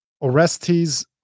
Orestes